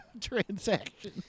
transaction